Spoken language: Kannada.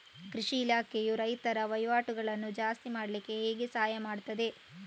ಕೃಷಿ ಇಲಾಖೆಯು ರೈತರ ವಹಿವಾಟುಗಳನ್ನು ಜಾಸ್ತಿ ಮಾಡ್ಲಿಕ್ಕೆ ಹೇಗೆ ಸಹಾಯ ಮಾಡ್ತದೆ?